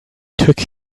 took